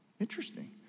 interesting